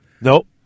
Nope